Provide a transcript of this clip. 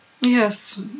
Yes